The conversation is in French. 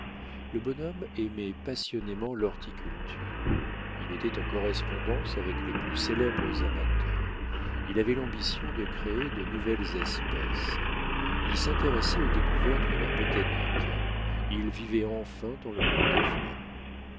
le bonhomme aimait passionnément l'horticulture il était en correspondance avec les plus célèbres amateurs il avait l'ambition de créer de nouvelles espèces il s'intéressait aux découvertes de la botanique il vivait enfin dans le monde des fleurs